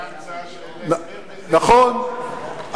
נכון.